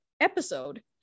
episode